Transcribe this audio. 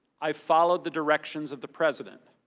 i followed the directions of the president.